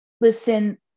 listen